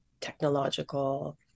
technological